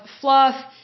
fluff